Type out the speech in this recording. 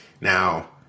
Now